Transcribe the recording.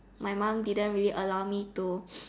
my mom didn't really allow me to